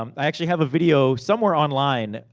um i actually have a video, somewhere online,